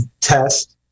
test